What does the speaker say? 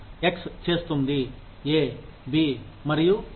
X చేస్తుంది A B మరియు C